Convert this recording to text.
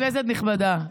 כנסת נכבדה,